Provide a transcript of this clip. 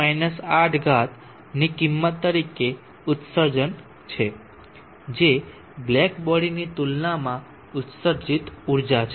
67 8 ની કિંમત તરીકે ઉત્સર્જન છે જે બ્લેક બોડીની તુલનામાં ઉત્સર્જિત ઊર્જા છે